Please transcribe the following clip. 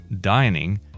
dining